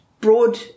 Broad